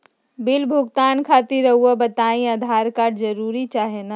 Bill भुगतान खातिर रहुआ बताइं आधार कार्ड जरूर चाहे ना?